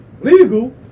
legal